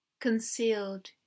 concealed